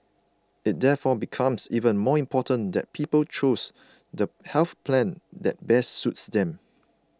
it therefore becomes even more important that people choose the health plan that best suits them